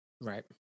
Right